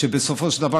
ובסופו של דבר,